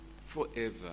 forever